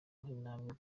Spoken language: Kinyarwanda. nk’intambwe